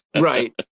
Right